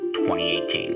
2018